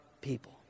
people